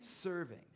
serving